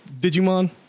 Digimon